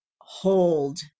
hold